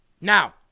Now